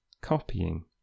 copying